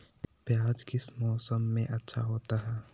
प्याज किस मौसम में अच्छा होता है?